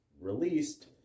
released